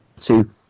two